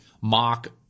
mock